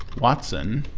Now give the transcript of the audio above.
watson